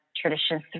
traditions